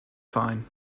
fine